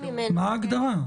מה ההגדרה?